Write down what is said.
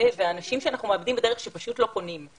והאנשים שאנחנו מאבדים בדרך כי הם פשוט לא פונים.